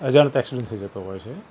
અજાણતા ઍક્સિડન્ટ થઇ જતો હોય છે